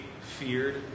feared